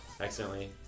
accidentally